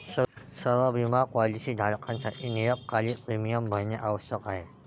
सर्व बिमा पॉलीसी धारकांसाठी नियतकालिक प्रीमियम भरणे आवश्यक आहे